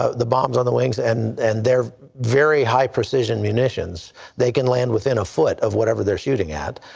ah the bombs on the wings and and they are very high precision munitions that can land within a foot of whatever they are shooting at.